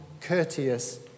courteous